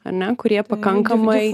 ar ne kurie pakankamai